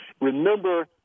Remember